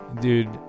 dude